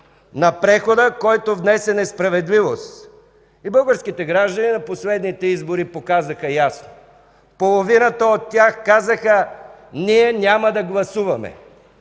на прехода, който внесе несправедливост. И българските граждани на последните избори показаха ясно – половината от тях казаха: „Ние няма да гласуваме!”